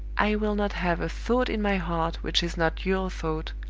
i will not have a thought in my heart which is not your thought,